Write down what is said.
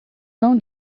não